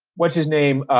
what's his name.